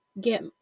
get